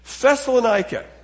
Thessalonica